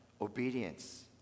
obedience